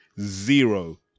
zero